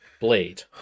Blade